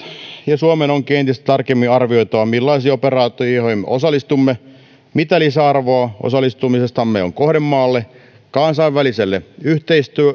ja suomen onkin entistä tarkemmin arvioitava millaisiin operaatioihin me osallistumme ja mitä lisäarvoa osallistumisestamme on kohdemaalle kansainväliselle